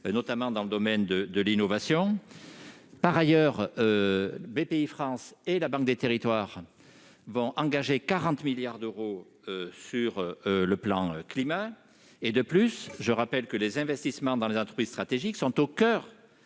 notamment dans le domaine de l'innovation. Par ailleurs, Bpifrance et la Banque des territoires vont engager 40 milliards d'euros sur le plan Climat. Enfin, les investissements dans les entreprises stratégiques sont au coeur